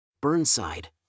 Burnside